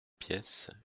pièces